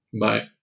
Bye